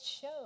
show